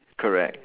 correct